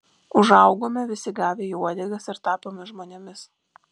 užaugome visi gavę į uodegas ir tapome žmonėmis